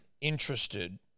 interested